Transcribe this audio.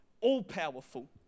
all-powerful